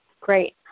Great